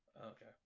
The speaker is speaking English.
Okay